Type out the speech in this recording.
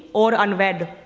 or unwed.